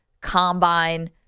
combine